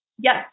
Yes